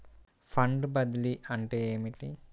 Fund బదిలీ అంటే ఏమిటి?